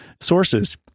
sources